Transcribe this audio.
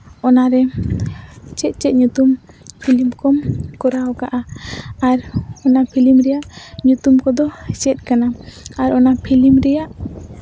ᱪᱮᱫ ᱪᱮᱫ ᱧᱩᱛᱩᱢ ᱯᱷᱤᱞᱤᱢ ᱠᱚᱢ ᱠᱚᱨᱟᱣ ᱠᱟᱜᱼᱟ ᱟᱨ ᱚᱱᱟ ᱯᱷᱤᱞᱤᱢ ᱨᱮᱭᱟᱜ ᱧᱩᱛᱩᱢ ᱠᱚᱫᱚ ᱪᱮᱫ ᱠᱟᱱᱟ ᱟᱨ ᱚᱱᱟ ᱯᱷᱤᱞᱤᱢ ᱨᱮᱭᱟᱜ